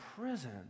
prison